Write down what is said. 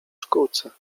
szkółce